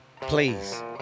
Please